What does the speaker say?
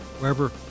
Wherever